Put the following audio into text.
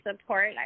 support